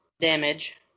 damage